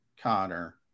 Connor